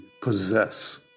possess